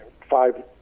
five